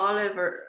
Oliver